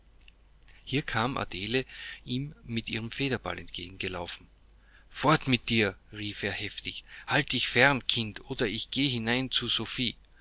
hier kam adele ihm mit ihrem federball entgegengelaufen fort mit dir rief er heftig halte dich fern kind oder geh hinein zu